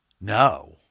No